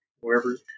wherever